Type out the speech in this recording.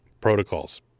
protocols